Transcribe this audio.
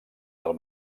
del